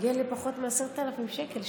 תגיע לפחות מ-10,000 שקל.